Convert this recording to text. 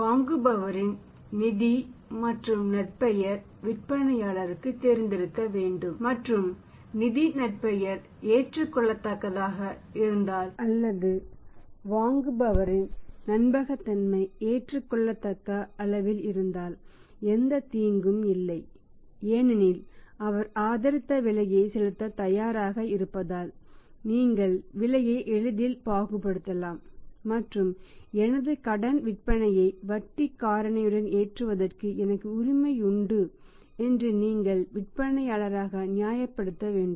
வாங்குபவரின் நிதி மற்றும் நற்பெயர் விற்பனையாளருக்குத் தெரிந்திருக்க வேண்டும் மற்றும் நிதி நற்பெயர் ஏற்றுக்கொள்ளத்தக்கதாக இருந்தால் அல்லது வாங்குபவரின் நம்பகத்தன்மை ஏற்றுக்கொள்ளத்தக்க அளவில் இருந்தால் எந்தத் தீங்கும் இல்லை ஏனெனில் அவர் அதிகரித்த விலையைச் செலுத்தத் தயாராக இருப்பதால் நீங்கள் விலையை எளிதில் பாகுபடுத்தலாம் மற்றும் எனது கடன் விற்பனையை வட்டி காரணியுடன் ஏற்றுவதற்கு எனக்கு உரிமை உண்டு என்று நீங்கள் ஒரு விற்பனையாளராக நியாயப்படுத்த வேண்டும்